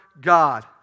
God